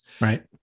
Right